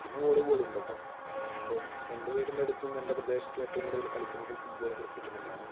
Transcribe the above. പിന്നെ വോളിബോൾ ഉണ്ട് കേട്ടോ ഇപ്പം എൻ്റെ വീട്ടിൻ്റെ അടുത്തും എൻ്റെ പ്രദേശത്ത് ആയിട്ടും ഏറ്റവും കൂടുതൽ കളിക്കുന്നതും ഫുട്ബോളും ക്രിക്കറ്റും തന്നെയാണ്